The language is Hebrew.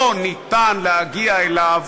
לא ניתן להגיע אליו